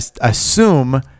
assume